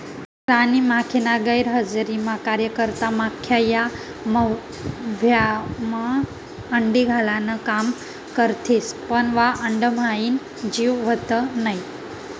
राणी माखीना गैरहजरीमा कार्यकर्ता माख्या या मव्हायमा अंडी घालान काम करथिस पन वा अंडाम्हाईन जीव व्हत नै